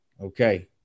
Okay